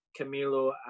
Camilo